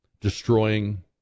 destroying